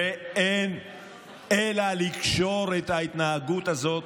אין אלא לקשור את ההתנהגות הזאת